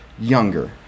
younger